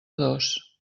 dos